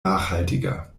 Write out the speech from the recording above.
nachhaltiger